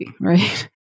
right